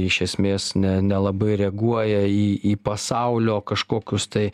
iš esmės ne nelabai reaguoja į į pasaulio kažkokius tai